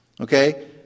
okay